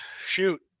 shoot